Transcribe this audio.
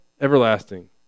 everlasting